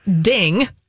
Ding